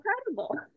incredible